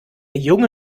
junge